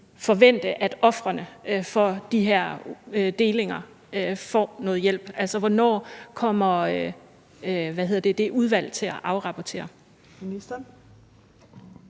forvente, at ofrene for de her delinger får noget hjælp, altså hvornår det udvalg kommer til at afrapportere?